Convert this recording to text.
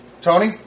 Tony